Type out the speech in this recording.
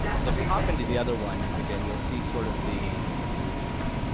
so if you hop in to the other one, again you'll see sort of the the